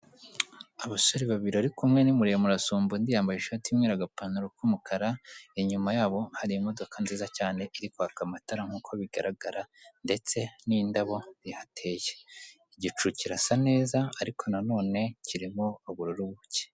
Abasore babiri ariko kumwe ni muremure asumba undi, yambaye ishati y'umweru, agapantaro k'umukara. Inyuma yabo hari imodoka nziza cyane iri kwaka amatara nkuko bigaragara ndetse n'indabo bihateye. Igicu kirasa neza ariko na none kirimo ubururu buke.